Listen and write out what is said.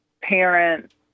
parents